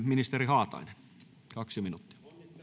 ministeri haatainen kaksi minuuttia